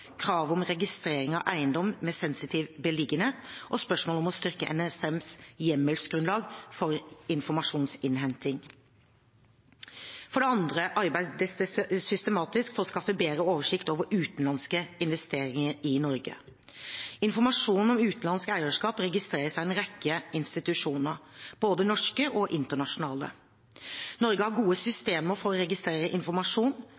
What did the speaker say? krav om registrering av eiendom med sensitiv beliggenhet og spørsmål om å styrke NSMs hjemmelsgrunnlag for informasjonsinnhenting. For det andre arbeides det systematisk for å skaffe bedre oversikt over utenlandske investeringer i Norge. Informasjon om utenlandsk eierskap registreres av en rekke institusjoner, både norske og internasjonale. Norge har gode systemer for å registrere informasjon,